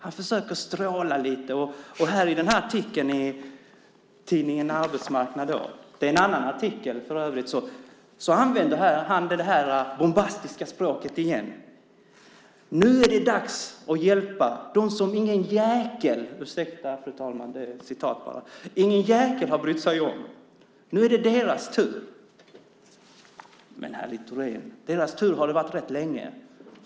Han försöker stråla lite, och i artikeln i tidningen Arbetsmarknad - det är en annan artikel - använder han det bombastiska språket igen: Nu är det dags att hjälpa dem som ingen jäkel - ursäkta, fru talman - har brytt sig om. Nu är det deras tur. Men, herr Littorin, deras tur har det varit rätt länge.